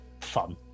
fun